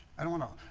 i don't wan tot